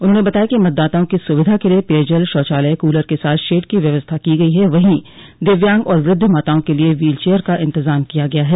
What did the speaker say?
उन्होंने बताया कि मतदाताओं की सुविधा के लिये पेयजल शौचालय कूलर के साथ शेड की व्यवस्था की गई है वहीं दिव्यांग और वृद्ध मतदाताओं के लिये व्हीलचेयर का इंतजाम किया गया है